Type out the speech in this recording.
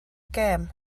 gêm